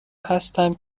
هستم